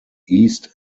east